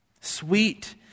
Sweet